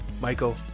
michael